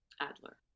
Adler